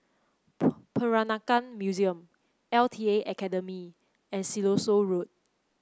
Peranakan Museum L T A Academy and Siloso Road